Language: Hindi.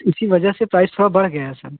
इसी वजह से प्राइस थोड़ा बढ़ गया है सर